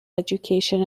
education